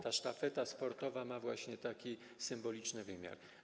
Ta sztafeta sportowa ma właśnie taki symboliczny wymiar.